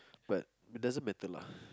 but it doesn't matter lah